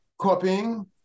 copying